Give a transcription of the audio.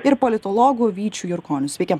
ir politologu vyčiu jurkoniu sveiki